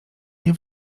nie